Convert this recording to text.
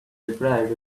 deprived